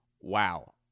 wow